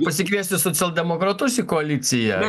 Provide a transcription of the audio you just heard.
pasikviesti socialdemokratus į koaliciją